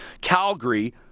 Calgary